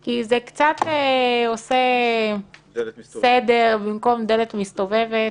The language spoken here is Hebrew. כי זה קצת עושה סדר במקום דלת מסתובבת,